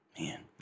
Man